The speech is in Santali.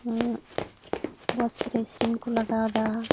ᱵᱚᱠᱥ ᱨᱮ ᱥᱮᱨᱮᱧ ᱠᱚ ᱞᱟᱜᱟᱣ ᱮᱫᱟ